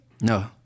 no